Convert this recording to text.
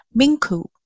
Minku